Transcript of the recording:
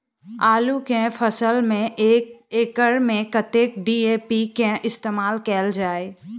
आलु केँ फसल मे एक एकड़ मे कतेक डी.ए.पी केँ इस्तेमाल कैल जाए?